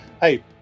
Hey